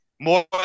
more